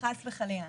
חס וחלילה.